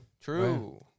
true